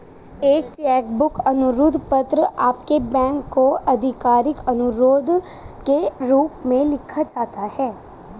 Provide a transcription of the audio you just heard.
एक cheque book अनुरोध पत्र आपके बैंक को एक आधिकारिक अनुरोध के रूप में लिखा जाता है